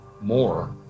more